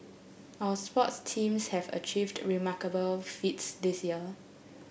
our sports teams have achieved remarkable feats this year